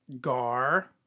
Gar